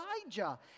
Elijah